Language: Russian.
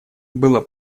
было